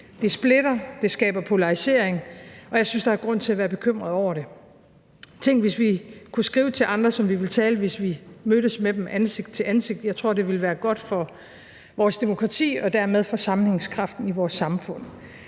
det splitter, og det skaber polarisering, og jeg synes, der er grund til at være bekymret over det. Tænk, hvis vi kunne skrive til andre, som vi ville tale, hvis vi mødtes med dem ansigt til ansigt. Jeg tror, det ville være godt for vores demokrati og dermed for sammenhængskraften i vores samfund.